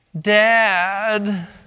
dad